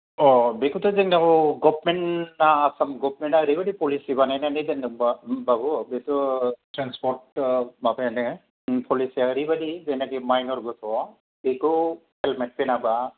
अ बेखौथ' जोंनाव गभर्नमेन्टआ आसाम गभर्नमेन्टा ओरैबायदि पलिसि बानायनानै दोनदों बाबु जितु त्रेन्सपर्त माबायानो पलिसिया ओरैबायदि जायनोखि मायनर गथ' बेखौ हेलमेट गानाबा